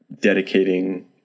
dedicating